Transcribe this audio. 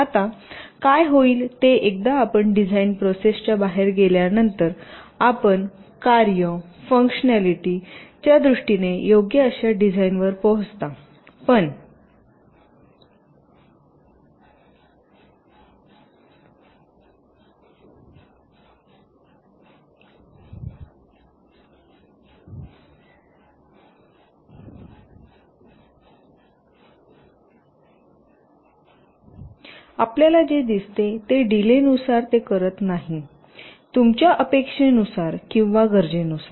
आता काय होईल ते एकदा आपण डिझाइन प्रोसेसच्या बाहेर गेल्यानंतर आपण कार्य फंक्शनालिटीच्या दृष्टीने योग्य अशा डिझाइनवर पोहोचता पण वेळ पहा 0158 आपल्याला जे दिसते ते डीलेनुसार ते करत नाही तुमच्या अपेक्षेनुसार किंवा गरजेनुसार